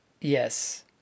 Yes